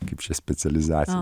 kaip čia specializacija